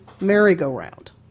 merry-go-round